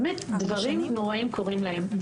באמת, דברים נוראים קורים להם.